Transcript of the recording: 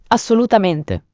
Assolutamente